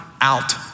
out